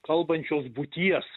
kalbančios būties